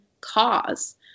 cause